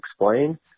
explain